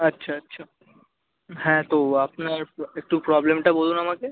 আচ্ছা আচ্ছা হ্যাঁ তো আপনার একটু প্রবলেমটা বলুন আমাকে